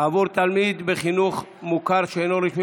עבור תלמיד בחינוך מוכר שאינו רשמי